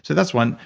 so that's one.